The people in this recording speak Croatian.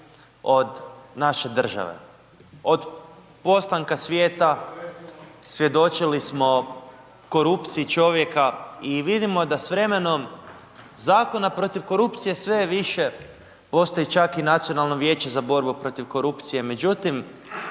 od naše države, od postanka svijeta svjedočili smo korupciji čovjek i vidimo da s vremenom, zakona protiv korupcija sve je više, postoji čak i Nacionalno vijeće za borbu protiv korupcije. Međutim,